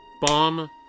Bomb